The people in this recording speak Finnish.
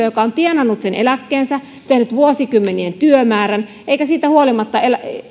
joka on tienannut sen eläkkeensä tehnyt vuosikymmenien työmäärän eikä siitä huolimatta